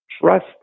trust